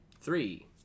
Three